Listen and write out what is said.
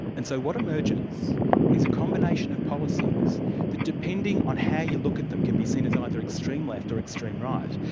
and so what emerges is a combination of policies that, depending on how you look at them, can be seen as either extreme left or extreme right.